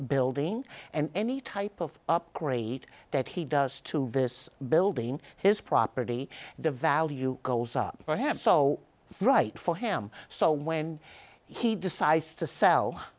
building and any type of upgrade that he does to this building his property value goes up by half so bright for him so when he decides to sell